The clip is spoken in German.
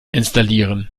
installieren